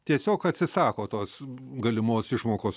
tiesiog atsisako tos galimos išmokos